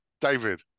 David